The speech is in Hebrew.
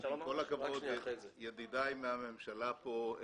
עם כל הכבוד לידידיי מהממשלה פה,